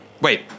Wait